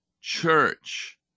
church